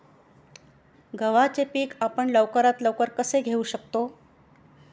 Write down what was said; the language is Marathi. गव्हाचे पीक आपण लवकरात लवकर कसे घेऊ शकतो?